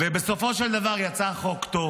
בסופו של דבר יצא חוק טוב,